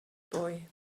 boy